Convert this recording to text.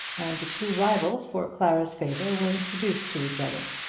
and the two rivals for clara's favour were introduced to each other.